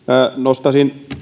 nostaisin